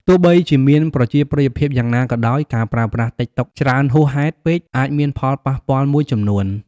ទោះបីជាមានប្រជាប្រិយភាពយ៉ាងណាក៏ដោយ ការប្រើប្រាស់តិកតុកច្រើនហួសហេតុពេកអាចមានផលប៉ះពាល់មួយចំនួន។